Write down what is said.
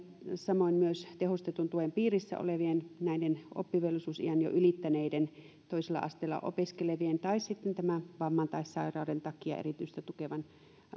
samoin myös tehostetun tuen piirissä olevien lasten vanhemmille eli näiden oppivelvollisuusiän jo ylittäneiden toisella asteella opiskelevien tai sitten vamman tai sairauden takia erityistä